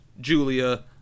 Julia